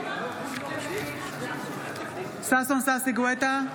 בעד ששון ששי גואטה,